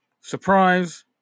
Surprise